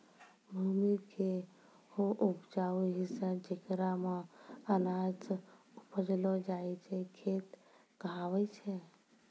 भूमि के हौ उपजाऊ हिस्सा जेकरा मॅ अनाज उपजैलो जाय छै खेत कहलावै छै